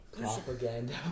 Propaganda